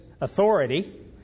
authority